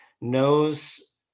knows